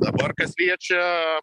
dabar kas liečia